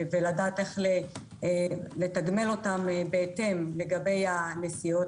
ולדעת איך לתגמל אותם בהתאם לגבי הנסיעות,